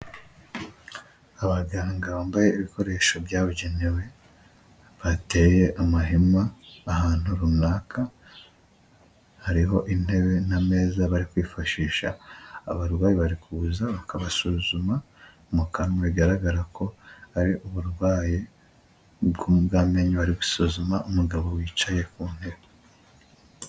Abaganga bambaye ibikoresho byabugenewe bateye amahema ahantu runaka, hariho intebe n'ameza bari kwifashisha. Abarwayi bari kuza bakabasuzuma mu kanywa, bigaragara ko ari uburwayi bw'amenyo, bari gusuzuma umugabo wicaye ku intebe.